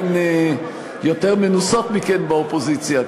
הן יותר מנוסות מכם באופוזיציה,